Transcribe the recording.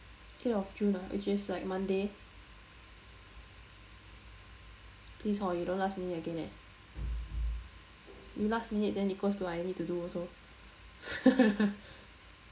eighth of june ah which is like monday please hor you don't last minute again leh you last minute then equals to I need to do also